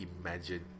imagine